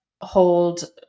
hold